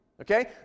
Okay